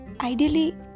ideally